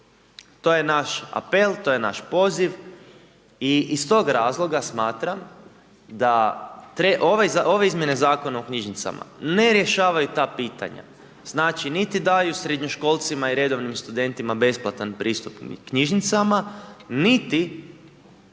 To je naš apel, to je naš poziv i iz tog razloga smatram da treba, ove izmjene zakona u knjižnicama ne rješavaju ta pitanja, znači niti daju srednjoškolcima i redovnim studentima besplatan pristup knjižnicama, niti